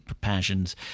passions